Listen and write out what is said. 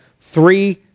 three